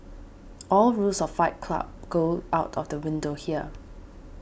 all rules of Fight Club go out of the window here